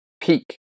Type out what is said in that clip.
peak